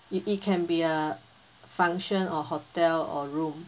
it it can be a function or hotel or room